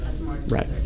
right